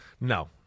No